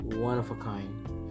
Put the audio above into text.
one-of-a-kind